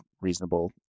reasonable